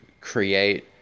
create